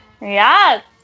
Yes